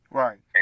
right